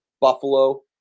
Buffalo